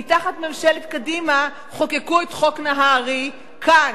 כי תחת ממשלת קדימה חוקקו את חוק נהרי כאן.